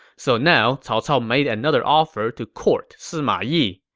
so now, cao cao made another um effort to court sima yi.